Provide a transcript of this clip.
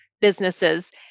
businesses